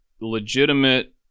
legitimate